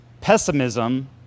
pessimism